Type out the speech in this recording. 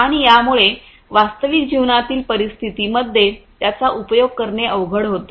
आणि यामुळे वास्तविक जीवनातील परिस्थितींमध्ये त्याचा उपयोग करणे अवघड होते